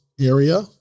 area